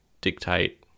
dictate